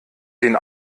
den